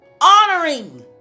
Honoring